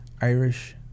Irish